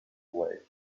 away